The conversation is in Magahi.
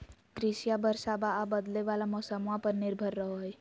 कृषिया बरसाबा आ बदले वाला मौसम्मा पर निर्भर रहो हई